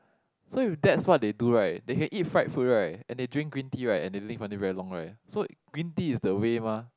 so if that's what they do right they can eat fried food right and they drink green tea right and they live until very long right so green tea is the way mah